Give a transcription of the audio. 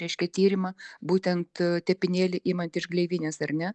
reiškia tyrimą būtent tepinėlį imant iš gleivinės ar ne